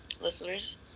listeners